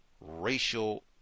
racial